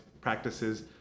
practices